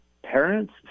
Parents